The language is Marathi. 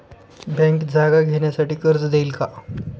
बँक जागा घेण्यासाठी कर्ज देईल का?